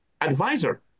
advisor